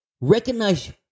recognize